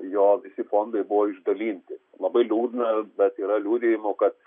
jo visi fondai buvo išdalinti labai liūdna bet yra liudijimų kad